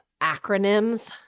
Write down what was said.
acronyms